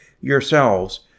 yourselves